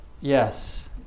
Yes